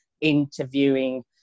interviewing